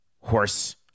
horse